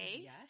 yes